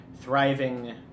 thriving